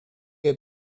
have